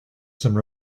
some